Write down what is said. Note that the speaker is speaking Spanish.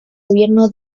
gobierno